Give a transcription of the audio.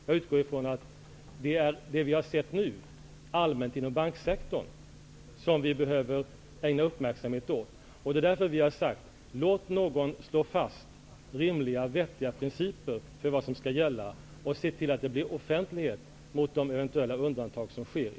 Jag utgår ifrån att man behöver ägna uppmärksamhet åt det som nu allmänt händer inom banksektorn. Det är därför som vi vill att någon skall slå fast rimliga och vettiga principer för vad som skall gälla och se till att det blir offentlighet åt de eventulla undantag som finns.